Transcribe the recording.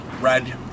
Red